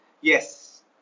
Yes